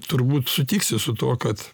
turbūt sutiksi su tuo kad